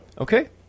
Okay